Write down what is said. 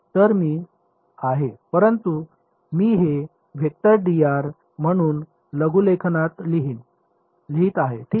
तर मी आहे परंतु मी हे म्हणून लघुलेखनात लिहित आहे ठीक